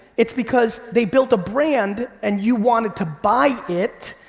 it's because they built a brand and you wanted to buy it,